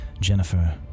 Jennifer